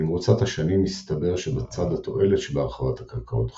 במרוצת השנים הסתבר שבצד התועלת שבהרחבת הקרקעות החקלאיות,